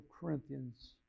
Corinthians